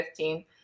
2015